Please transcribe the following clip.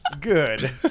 Good